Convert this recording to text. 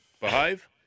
behave